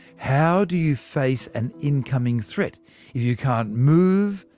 how do you face an incoming threat if you can't move,